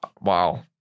Wow